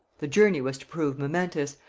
the journey was to prove momentous,